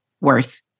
worth